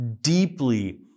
deeply